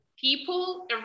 people